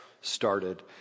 started